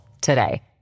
today